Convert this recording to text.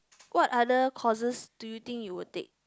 what other courses do you think you will take